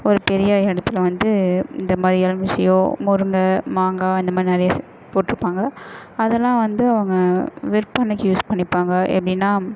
ஒரு பெரிய இடத்துல வந்து இந்த மாதிரியான விஷயம் முருங்கை மாங்காய் இந்த மாதிரி நிறைய போட்டிருப்பாங்க அதெல்லாம் வந்து அவங்க விற்பனைக்கு யூஸ் பண்ணிப்பாங்க எப்படின்னா